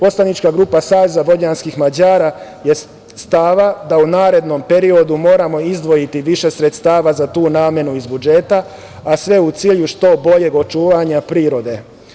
Poslanička grupa SVM je stava da u narednom periodu moramo izdvojiti više sredstava za tu namenu iz budžeta, a sve u cilju što boljeg očuvanja prirode.